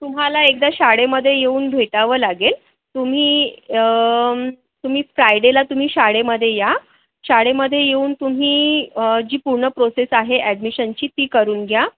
तुम्हाला एकदा शाळेमध्ये येऊन भेटावं लागेल तुम्ही तुम्ही फ्रायडेला तुम्ही शाळेमध्ये या शाळेमध्ये येऊन तुम्ही जी पूर्ण प्रोसेस आहे ॲडमिशनची ती करून घ्या